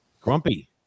Grumpy